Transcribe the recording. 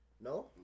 No